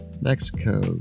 Mexico